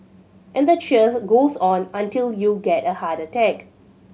and the cheers goes on until you get a heart attack